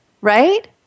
right